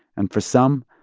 and for some,